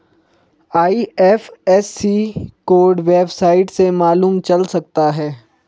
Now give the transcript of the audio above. IFSC code website से मालूम चल सकता है